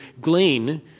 glean